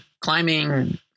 climbing